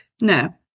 No